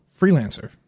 freelancer